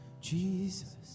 Jesus